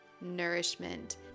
nourishment